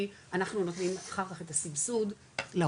כי אנחנו נותנים על זה אחר כך סבסוד להורים.